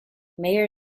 mayor